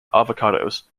avocados